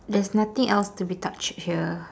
there's nothing else to be touched here